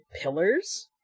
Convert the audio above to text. pillars